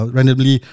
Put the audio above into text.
Randomly